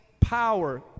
power